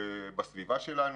בסביבה שלנו,